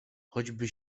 choćby